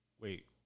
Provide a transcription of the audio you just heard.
wait